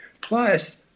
plus